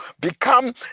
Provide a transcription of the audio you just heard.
become